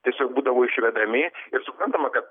tiesiog būdavo išvedami ir suprantama kad